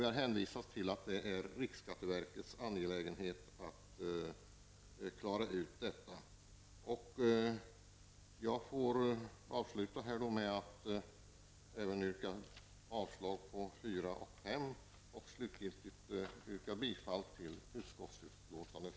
Vi har hänvisat till att det i första hand är en fråga för riksskatteverket. Jag yrkar avslag även på reservationerna nr 4 och 5